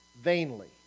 Vainly